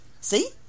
see